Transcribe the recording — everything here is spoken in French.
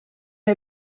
mes